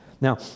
Now